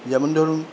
যেমন ধরুন